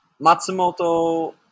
Matsumoto